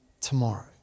tomorrow